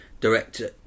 director